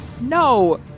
No